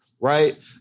Right